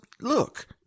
look